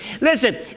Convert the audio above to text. Listen